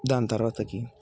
దాని తరువాతకి